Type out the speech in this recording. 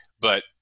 But-